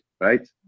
right